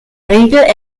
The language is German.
regel